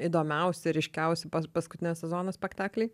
įdomiausi ryškiausi paskutinio sezono spektakliai